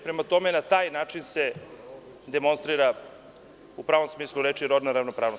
Prema tome, na taj način se demonstrira u pravom smislu reči rodna ravnopravnost.